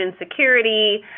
insecurity